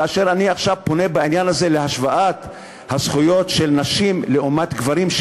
כאשר אני פונה עכשיו בעניין הזה להשוואת הזכויות של נשים לעומת גברים,